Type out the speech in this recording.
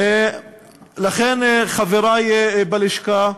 חברי בלשכה,